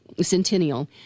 Centennial